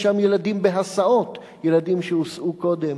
צה"ל לא הורס לפלסטינים שום דבר.